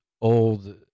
old